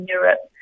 Europe